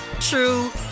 true